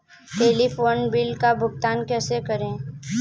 Telephone bill का भुगतान कैसे करें?